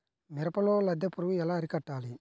మిరపలో లద్దె పురుగు ఎలా అరికట్టాలి?